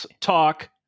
talk